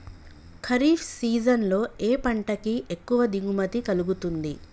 Kharif season లో ఏ పంట కి ఎక్కువ దిగుమతి కలుగుతుంది?